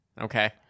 Okay